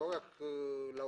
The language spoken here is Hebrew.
לא רק להורים,